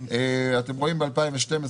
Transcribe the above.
אתם רואים ב-2012,